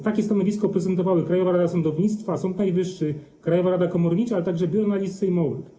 Takie stanowisko prezentowały Krajowa Rada Sądownictwa, Sąd Najwyższy, Krajowa Rada Komornicza, ale także Biuro Analiz Sejmowych.